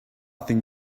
think